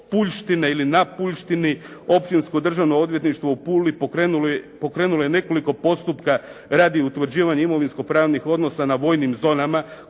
ili na Puljštini Općinsko državno odvjetništvo u Puli pokrenulo je nekoliko postupka radi utvrđivanja imovinsko-pravnih odnosa na vojnim zonama